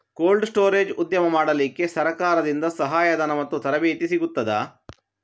Cold storage ಉದ್ಯಮ ಮಾಡಲಿಕ್ಕೆ ಸರಕಾರದಿಂದ ಸಹಾಯ ಧನ ಮತ್ತು ತರಬೇತಿ ಸಿಗುತ್ತದಾ?